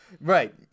Right